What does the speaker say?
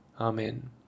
Amen